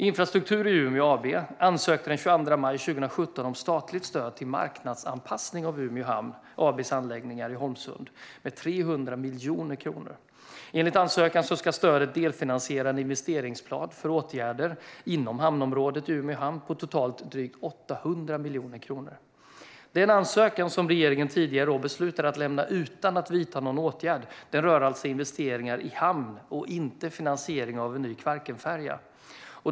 Infrastruktur i Umeå AB ansökte den 22 maj 2017 om statligt stöd till marknadsanpassning av Umeå Hamn AB:s anläggningar i Holmsund med 300 miljoner kronor. Enligt ansökan ska stödet delfinansiera en investeringsplan för åtgärder inom hamnområdet i Umeå hamn på totalt drygt 800 miljoner kronor. Den ansökan som regeringen tidigare i år beslutade att lämna utan att vidta någon åtgärd rör alltså investeringar i hamn och inte finansiering av en ny Kvarkenfärja.